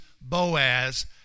Boaz